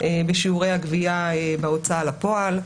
בשיעורי הגבייה בהוצאה לפועל.